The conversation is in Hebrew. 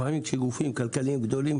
לפעמים כאשר גופים כלכליים גדולים